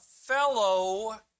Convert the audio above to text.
fellow